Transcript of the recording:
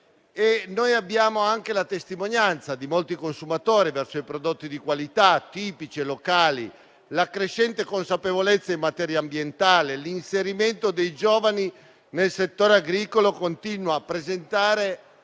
che abbiamo anche testimonianza dell'attenzione di molti consumatori verso i prodotti di qualità, tipici e locali e della crescente consapevolezza in materia ambientale, l'inserimento dei giovani nel settore agricolo continua a presentare